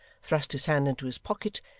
thrust his hand into his pocket,